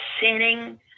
sinning